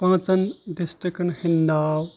پانٛژن ڈَسٹرکن ۂنٛدۍ ناو